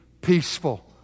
peaceful